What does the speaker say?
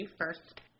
first